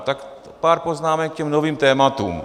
Tak pár poznámek k těm novým tématům.